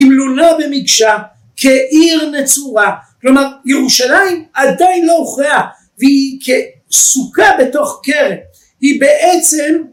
כמלונה במקשה, כעיר נצורה. כלומר ירושלים עדיין לא הוכרעה והיא כסוכה בתוך כרם, היא בעצם